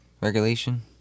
Regulation